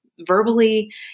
verbally